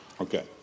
Okay